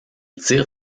tire